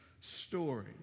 story